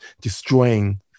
destroying